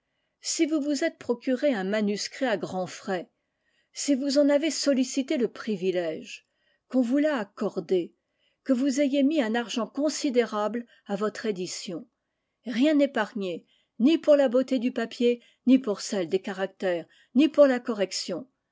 si vous vous êtes procuré un manuscrit à grands frais si vous en avez sollicité le privilège qu'on vous l'a accordé que vous ayez mis un argent considérable à votre édition rien épargné ni pour la beauté du papier ni pour celle des caractères ni pour la correction